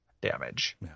damage